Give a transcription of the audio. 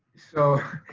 so,